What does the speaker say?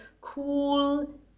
cool